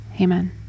Amen